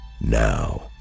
Now